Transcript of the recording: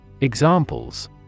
Examples